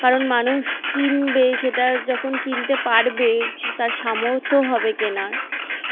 কারণ মানুষ কিনবে সেটা যখন কিনতে পারবে তার সামর্থ্য হবে কেনার